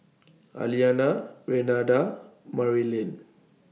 Aliana Renada Marylin